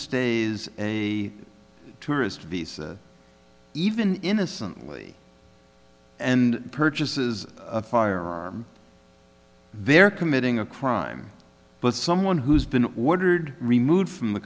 stays a tourist visa even innocently and purchases a firearm they're committing a crime but someone who's been ordered removed from the